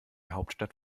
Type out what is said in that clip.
hauptstadt